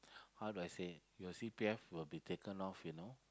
how do I say the C_P_F would be taken off you know